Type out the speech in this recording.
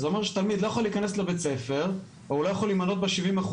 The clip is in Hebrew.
זה אומר שתלמיד לא יכול להיכנס לבית ספר או לא יכול להימנות ב-70%,